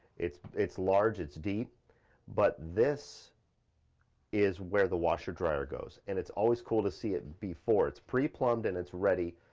it's it's large, it's deep but this is where the washer dryer goes. and it's always cool to see it and before it's pre-plumbed and it's ready.